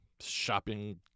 shopping